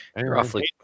roughly